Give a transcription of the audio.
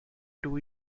two